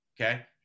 Okay